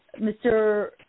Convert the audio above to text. Mr